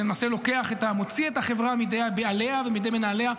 שלמעשה מוציא את החברה מידי בעליה ומידי מנהליה,